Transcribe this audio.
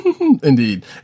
Indeed